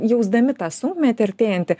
jausdami tą sunkmetį artėjantį